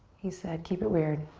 he said keep it weird,